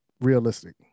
realistic